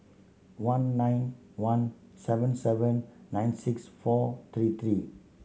one nine one seven seven nine six four three three